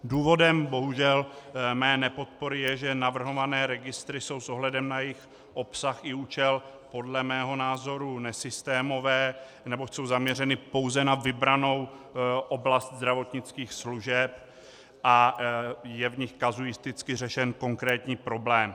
Důvodem, bohužel, mé nepodpory je, že navrhované registry jsou s ohledem na jejich obsah i účel podle mého názoru nesystémové, neboť jsou zaměřeny pouze na vybranou oblast zdravotnických služeb a je v nich kazuisticky řešen konkrétní problém.